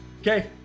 Okay